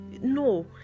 no